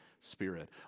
spirit